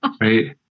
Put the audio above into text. Right